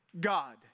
God